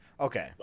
okay